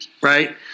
right